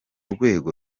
rwego